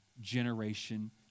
generation